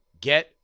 get